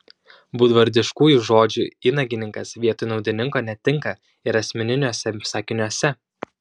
būdvardiškųjų žodžių įnagininkas vietoj naudininko netinka ir asmeniniuose sakiniuose